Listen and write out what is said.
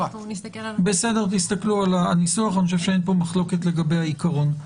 תסתכלו על הניסוח אני חושב שאין פה מחלוקת לגבי העיקרון.